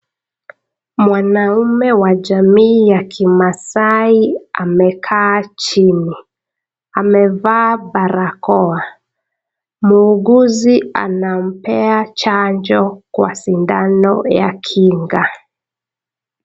Mwanaume wa jamii ya kimaasai amekaa chini, amevaa barakoa, muuguzi anampea chanjo kwa sindano ya kinga.